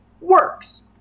works